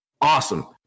Awesome